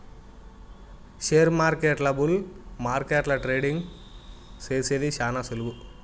షేర్మార్కెట్ల బుల్ మార్కెట్ల ట్రేడింగ్ సేసేది శాన సులువు